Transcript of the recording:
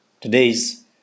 Today's